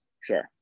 Sure